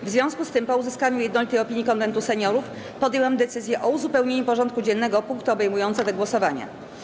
W związku z tym, po uzyskaniu jednolitej opinii Konwentu Seniorów, podjęłam decyzję o uzupełnieniu porządku dziennego o punkty obejmujące te głosowania.